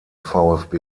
vfb